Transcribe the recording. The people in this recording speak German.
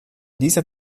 dieser